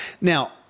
now